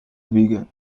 vegan